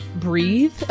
breathe